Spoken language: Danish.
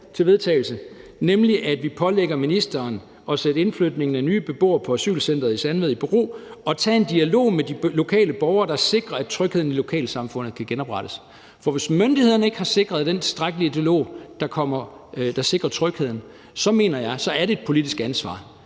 handler om, nemlig at vi pålægger ministeren at sætte indflytningen af nye beboere på asylcenteret i Sandvad i bero og tage en dialog med de lokale borgere, der sikrer, at trygheden i lokalsamfundet kan genoprettes. For hvis myndighederne ikke har sikret den tilstrækkelige dialog, der sikrer trygheden, så mener jeg, at det er et politisk ansvar.